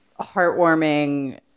heartwarming